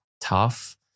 tough